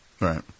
Right